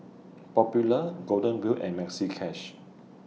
Popular Golden Wheel and Maxi Cash